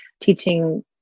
teaching